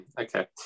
Okay